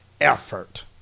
effort